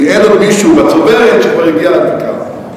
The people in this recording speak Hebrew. כי אין עוד מישהו בצוברת שכבר הגיע לתקרה.